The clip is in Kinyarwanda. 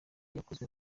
yakozwe